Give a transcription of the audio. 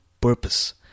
purpose